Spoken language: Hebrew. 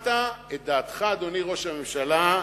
נתת את דעתך, אדוני ראש הממשלה,